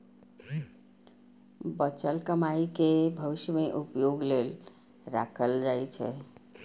बचल कमाइ कें भविष्य मे उपयोग लेल राखल जाइ छै